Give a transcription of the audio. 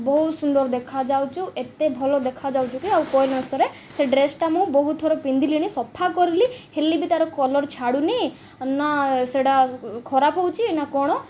ବହୁତ ସୁନ୍ଦର ଦେଖାଯାଉଛୁ ଏତେ ଭଲ ଦେଖାଯାଉଛୁ କି ଆଉ କହିଲେନସରେ ସେ ଡ୍ରେସଟା ମୁଁ ବହୁତ ଥର ପିନ୍ଧିଲିଣି ସଫା କରିଲି ହେଲେ ବି ତା'ର କଲର୍ ଛାଡ଼ୁନି ନା ସେଇଟା ଖରାପ ହେଉଛି ନା କ'ଣ